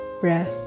breath